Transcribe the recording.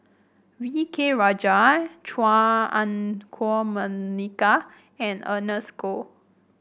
V K Rajah Chua Ah Huwa Monica and Ernest Goh